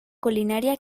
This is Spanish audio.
culinaria